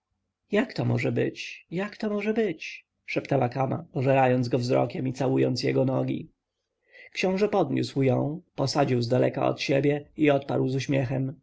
jak to może być jak to może być szeptała kama pożerając go wzrokiem i całując jego nogi książę podniósł ją posadził zdaleka od siebie i odparł z uśmiechem